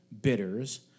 bitters